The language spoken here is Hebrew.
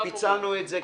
פיצלנו את זה.